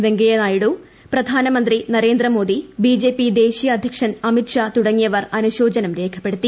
വെങ്കയ്യനായിഡു പ്രധാനമന്ത്രി നരേന്ദ്രമോദി ബിജെപി ദേശീയ അദ്ധ്യക്ഷൻ അമിത് ഷാ തുടങ്ങിയവർ അനുശോചനം രേഖപ്പെടുത്തി